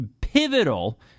pivotal